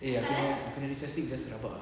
eh aku punya recess week just rabak ah